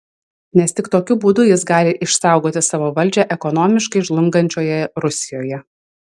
nes tik tokiu būdu jis gali išsaugoti savo valdžią ekonomiškai žlungančioje rusijoje